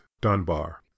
Dunbar